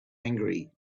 angry